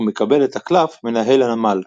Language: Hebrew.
הוא מקבל את הקלף "מנהל הנמל".